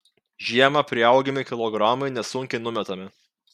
žiemą priaugami kilogramai nesunkiai numetami